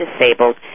disabled